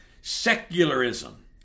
secularism